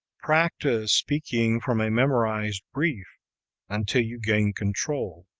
practise speaking from a memorized brief until you gain control.